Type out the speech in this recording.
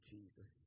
Jesus